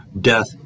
Death